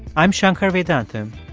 i'm shankar vedantam.